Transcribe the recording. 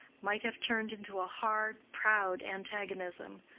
might have turned into a hard, proud antagonism.